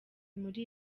muri